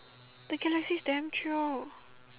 the galaxies damn chio